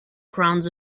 crowns